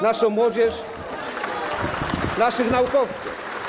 naszą młodzież i naszych naukowców.